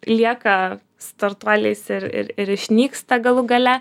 lieka startuoliais ir ir ir išnyksta galų gale